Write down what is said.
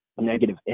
negative